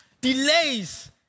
delays